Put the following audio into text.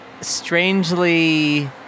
strangely